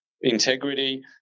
integrity